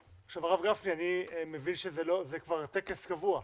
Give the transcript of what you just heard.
הרב גפני, אני מבין שזה כבר טקס קבוע.